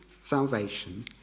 salvation